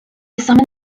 summon